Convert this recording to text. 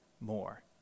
more